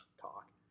talk